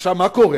עכשיו, מה קורה?